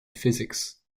physics